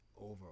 Over